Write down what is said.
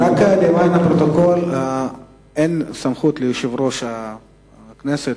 למען הפרוטוקול, אין סמכות ליושב-ראש המליאה.